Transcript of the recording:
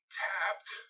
tapped